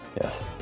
Yes